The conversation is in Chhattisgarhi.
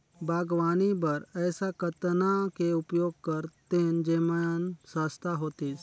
बागवानी बर ऐसा कतना के उपयोग करतेन जेमन सस्ता होतीस?